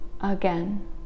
again